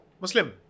Muslim